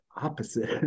opposite